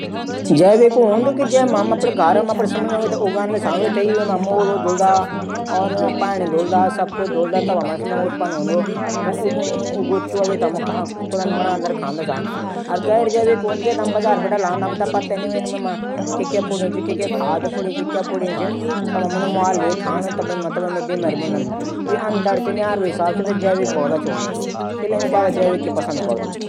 जैविक खाणू उं फसलों और पशुओं से मिलदू। जैथे जैविक तरीके से उगै जॉंदू और पाले जांदू या मा कोइ रासायनिक उर्वरक कीटनाशक उपयोग नी करें जांदू। गैर जैविक खांणू उत्पादन रासायनिक उर्वरकों और कीटनाशक का उपयोग किये जांदू जू पर्यावरण कू हानिकारक हूंदू।